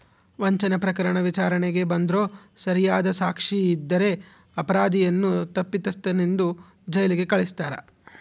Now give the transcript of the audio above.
ವಂಚನೆ ಪ್ರಕರಣ ವಿಚಾರಣೆಗೆ ಬಂದ್ರೂ ಸರಿಯಾದ ಸಾಕ್ಷಿ ಇದ್ದರೆ ಅಪರಾಧಿಯನ್ನು ತಪ್ಪಿತಸ್ಥನೆಂದು ಜೈಲಿಗೆ ಕಳಸ್ತಾರ